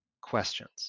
questions